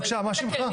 בבקשה, מה שמך?